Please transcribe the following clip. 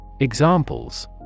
Examples